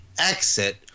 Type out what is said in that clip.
exit